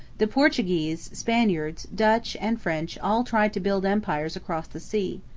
the portuguese, spaniards, dutch, and french all tried to build empires across the sea.